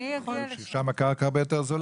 שם הקרקע יותר זולה.